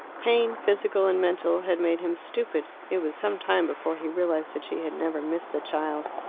pain, physical and mental, had made him stupid. it was some time before he realized that she had never missed the child.